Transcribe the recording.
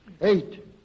Eight